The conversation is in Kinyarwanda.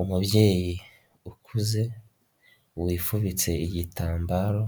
Umubyeyi ukuze, wifubitse igitambaro,